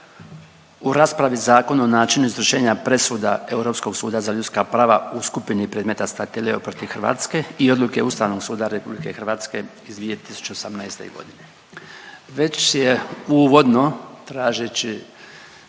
u raspravi Zakon o načinu izvršenja presuda Europskog suda za ljudska prava u skupni predmeta Statileo protiv Hrvatske i Odluke Ustavnog suda RH iz 2018. godine. Već je uvodno tražeći